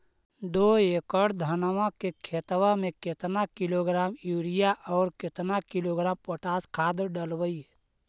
दो एकड़ धनमा के खेतबा में केतना किलोग्राम युरिया और केतना किलोग्राम पोटास खाद डलबई?